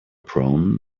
prone